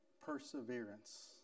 perseverance